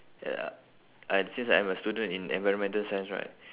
ya I since I'm a student in environmental science right